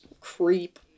Creep